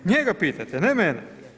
Njega pitajte, ne mene.